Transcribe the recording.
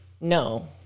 No